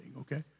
okay